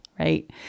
Right